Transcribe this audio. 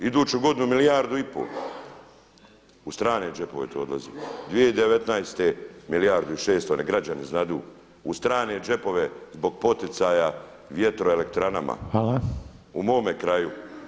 Iduću godinu milijardu i pol u strane džepove to odlazi, 2019. milijardu i 600 jer građani znaju u strane džepove zbog poticaja vjetroelektranama u mome kraju.